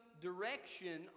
direction